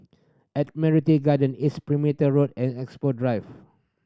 Admiralty Garden East Perimeter Road and Expo Drive